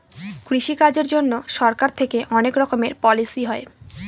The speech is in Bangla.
কৃষি কাজের জন্যে সরকার থেকে অনেক রকমের পলিসি হয়